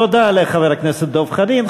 תודה לחבר הכנסת דב חנין.